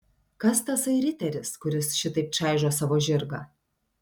kas tasai riteris kuris šitaip čaižo savo žirgą